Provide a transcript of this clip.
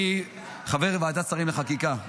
אני חבר ועדת שרים לחקיקה,